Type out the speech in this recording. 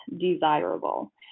desirable